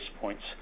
points